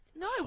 No